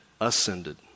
ascended